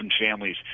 families